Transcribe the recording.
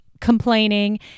complaining